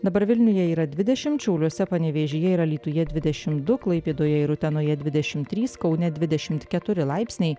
dabar vilniuje yra dvidešimt šiauliuose panevėžyje ir alytuje dvidešim du klaipėdoje ir utenoje dvidešim trys kaune dvidešimt keturi laipsniai